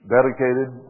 Dedicated